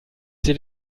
sie